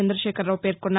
చందకేఖరావు పేర్కొన్నారు